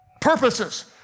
purposes